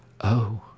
Oh